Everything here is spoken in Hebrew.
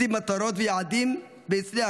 הוא הציב מטרות ויעדים והצליח,